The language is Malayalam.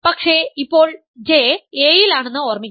പക്ഷേ ഇപ്പോൾ J A യിലാണെന്ന് ഓർമ്മിക്കുക